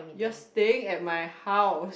you're staying at my house